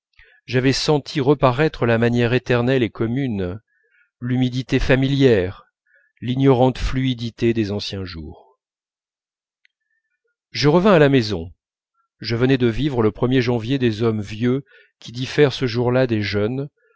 j'avais senti reparaître la matière éternelle et commune l'humidité familière l'ignorante fluidité des anciens jours je revins à la maison je venais de vivre le er janvier des hommes vieux qui diffèrent ce jour-là des jeunes